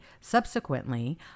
Subsequently